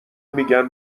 میگن